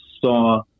saw